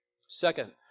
Second